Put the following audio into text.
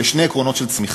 אלה שני עקרונות של צמיחה.